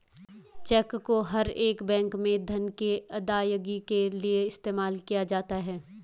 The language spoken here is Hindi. चेक को हर एक बैंक में धन की अदायगी के लिये इस्तेमाल किया जाता है